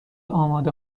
آماده